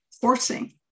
forcing